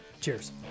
cheers